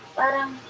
parang